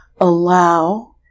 allow